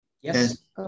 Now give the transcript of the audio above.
Yes